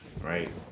Right